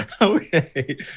okay